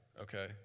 Okay